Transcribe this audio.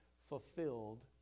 fulfilled